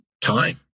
time